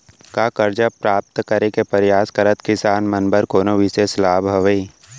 का करजा प्राप्त करे के परयास करत किसान मन बर कोनो बिशेष लाभ हवे?